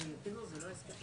פינדרוס.